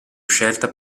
scelta